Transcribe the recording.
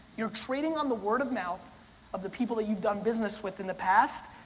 you're trading on the word of mouth of the people that you've done business with in the past,